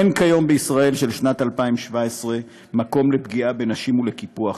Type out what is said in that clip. אין כיום בישראל של שנת 2017 מקום לפגיעה בנשים ולקיפוח.